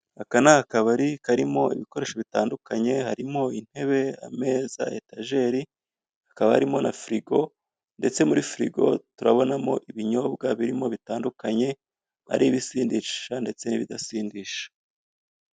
Aka ni kabari karimo ibikoresho bitandukanye harimo intebe, ameza, etajeri hakaba harimo na firigo ndetse muri firigo turabonamo ibinyobwa birimo bitandukanye ari ibisindisha ndetse n'ibidasindisha.